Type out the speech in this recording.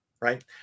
right